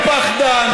אתה פחדן,